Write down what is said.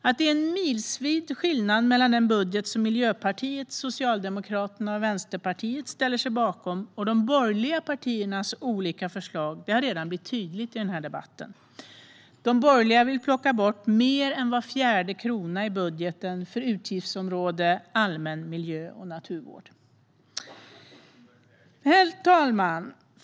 Att det är en milsvid skillnad mellan den budget som Miljöpartiet, Socialdemokraterna och Vänsterpartiet ställer sig bakom och de borgerliga partiernas olika förslag har redan blivit tydligt i debatten. De borgerliga vill plocka bort mer än var fjärde krona i budgeten för utgiftsområdet Allmän miljö och naturvård. Herr talman!